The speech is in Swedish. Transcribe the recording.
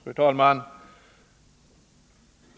Fru talman!